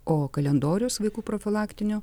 o kalendorius vaikų profilaktinių